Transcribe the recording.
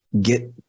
get